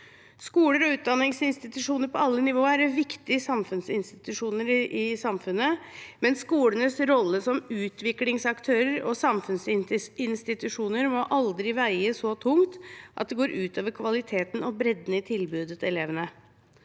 Skoler og utdanningsinstitusjoner på alle nivåer er viktige institusjoner i samfunnet, men skolenes rolle som utviklingsaktører og samfunnsinstitusjoner må aldri veie så tungt at det går ut over kvaliteten og bredden i tilbudet til elevene.